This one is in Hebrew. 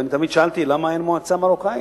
ואני תמיד שאלתי: למה אין מועצה מרוקאית,